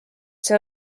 see